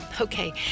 Okay